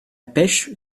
pêche